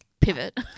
pivot